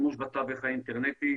שימוש בתווך האינטרנטי,